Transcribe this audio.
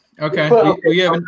Okay